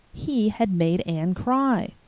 he had made anne cry!